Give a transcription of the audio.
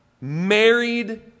married